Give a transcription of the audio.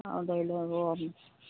অঁ